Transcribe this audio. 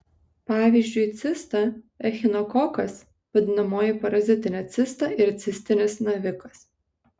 pavyzdžiui cista echinokokas vadinamoji parazitinė cista ir cistinis navikas